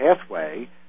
pathway